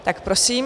Tak prosím.